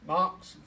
Marks